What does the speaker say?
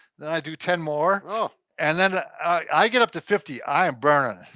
then i do ten more ah and then i get up to fifty i am burned.